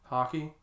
Hockey